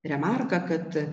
remarka kad